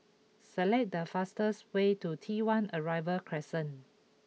select the fastest way to T one Arrival Crescent